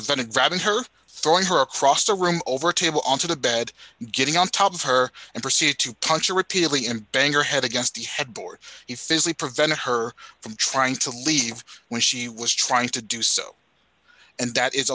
defendant grabbing her throwing her across the room over table onto the bed and getting on top of her and proceed to conjure repeatedly in bangor head against the headboard he physically prevented her from trying to leave when she was trying to do so and that is